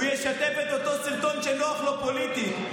הוא ישתף את אותו סרטון שנוח לו פוליטית,